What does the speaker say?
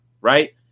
right